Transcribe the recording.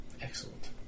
Excellent